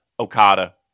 Okada